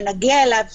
שנגיע אליו,